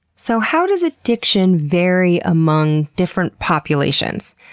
so how does addiction vary among different populations?